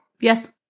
Yes